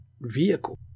vehicle